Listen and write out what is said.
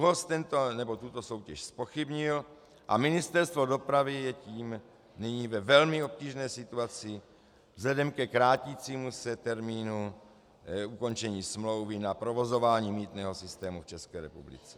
ÚOHS tuto soutěž zpochybnil a Ministerstvo dopravy je tím nyní ve velmi obtížné situaci vzhledem ke krátícímu se termínu ukončení smlouvy na provozování mýtného systému v České republice.